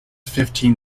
fifteen